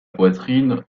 poitrine